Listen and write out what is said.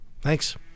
Thanks